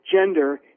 gender